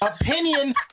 opinion